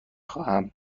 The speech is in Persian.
خواهم